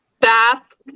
Bath